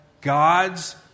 God's